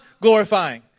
glorifying